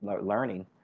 learning